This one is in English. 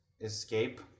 escape